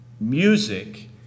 music